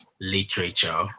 literature